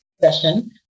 session